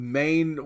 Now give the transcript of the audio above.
main